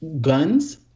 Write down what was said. guns